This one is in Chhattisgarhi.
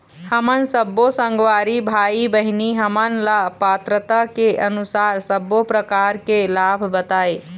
हमन सब्बो संगवारी भाई बहिनी हमन ला पात्रता के अनुसार सब्बो प्रकार के लाभ बताए?